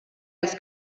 als